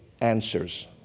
answers